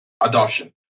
adoption